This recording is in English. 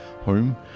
home